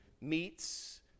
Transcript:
meets